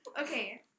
Okay